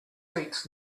seats